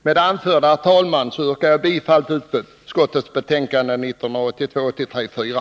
Med det anförda, herr talman, yrkar jag bifall till utskottets hemställan i betänkandet 1982/83:4.